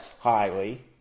highly